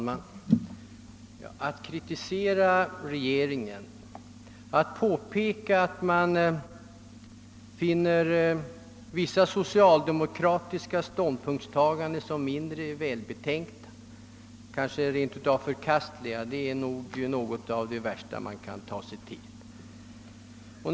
Herr talman! Att kritisera regeringen, att påpeka att vissa socialdemokratiska ståndpunktstaganden är mindre välbetänkta eller kanske förkastliga, det är nog något av det värsta vi kan ta oss till.